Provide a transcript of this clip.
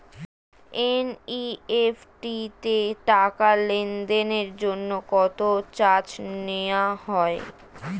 NEFT তে টাকা লেনদেনের জন্য কত চার্জ নেয়া হয়?